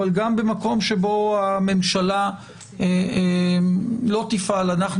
אבל גם במקום שבו הממשלה לא תפעל אנחנו